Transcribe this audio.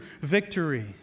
victory